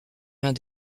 vins